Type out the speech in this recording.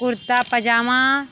kurta पाजामा